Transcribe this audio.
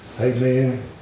amen